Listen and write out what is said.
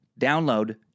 download